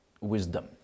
wisdom